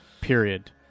Period